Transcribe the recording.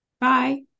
Bye